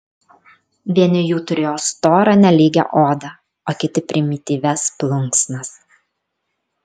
vieni jų turėjo storą nelygią odą o kiti primityvias plunksnas